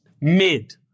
mid